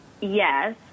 yes